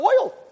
oil